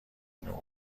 نور